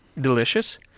Delicious